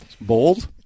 Bold